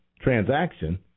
transaction